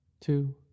two